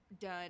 done